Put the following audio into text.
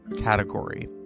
category